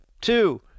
two